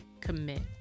commit